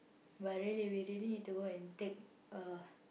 but really we really need to go and take uh